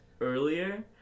earlier